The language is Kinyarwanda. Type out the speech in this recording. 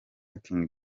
king